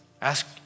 Ask